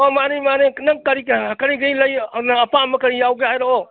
ꯑꯣ ꯃꯥꯟꯅꯤ ꯃꯥꯟꯅꯤ ꯅꯪ ꯀꯔꯤ ꯀꯔꯤ ꯀꯔꯤ ꯂꯩ ꯑꯄꯥꯝꯕ ꯀꯔꯤ ꯌꯥꯎꯒꯦ ꯍꯥꯏꯔꯛꯑꯣ